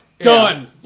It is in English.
done